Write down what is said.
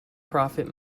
profit